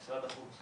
משרד החוץ.